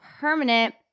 permanent